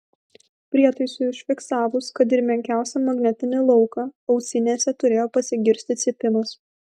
prietaisui užfiksavus kad ir menkiausią magnetinį lauką ausinėse turėjo pasigirsti cypimas